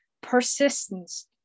persistence